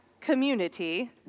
community